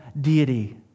deity